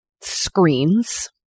screens